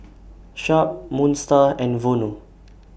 Sharp Moon STAR and Vono